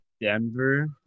Denver